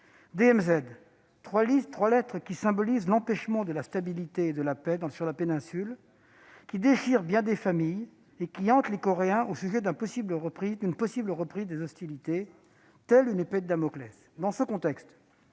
ces trois lettres symbolisent l'empêchement de la stabilité et de la paix dans la péninsule, déchirent bien des familles et hantent les Coréens, inquiets d'une possible reprise des hostilités, telle une épée de Damoclès. Dans ce contexte,